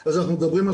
אחד הדברים בין